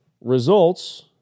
Results